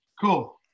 Cool